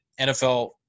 NFL